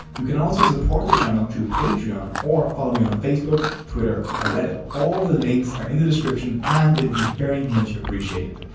you can also support the channel through patreon and follow me on facebook, twitter or reddit. all the links are in the description and it would be very much appreciated!